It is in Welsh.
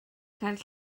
cael